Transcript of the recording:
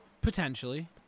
Potentially